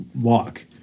walk